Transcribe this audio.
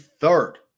third